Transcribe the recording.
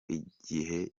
igihe